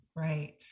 Right